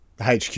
HQ